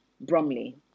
bromley